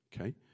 okay